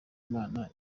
imana